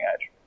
edge